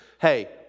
Hey